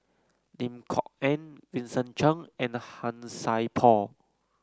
Lim Kok Ann Vincent Cheng and Han Sai Por